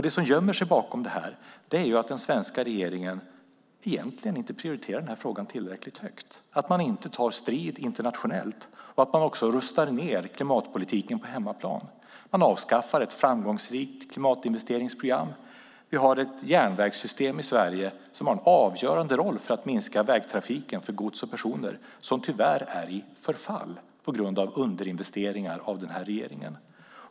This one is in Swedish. Det som gömmer sig bakom detta är att den svenska regeringen egentligen inte prioriterar frågan tillräckligt högt. Man tar inte strid internationellt, och man rustar också ned klimatpolitiken på hemmaplan. Man avskaffar ett framgångsrikt klimatinvesteringsprogram. Vi har ett järnvägssystem i Sverige som har en avgörande roll för att minska vägtrafiken för gods och personer men som tyvärr är i förfall på grund av underinvesteringar av denna regering.